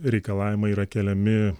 reikalavimai yra keliami